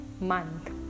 month